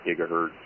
gigahertz